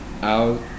out